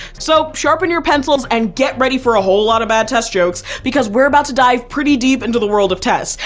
so sharpen your pencils and get ready for a whole lot of bad test jokes because we're about to dive pretty deep into the world of tests.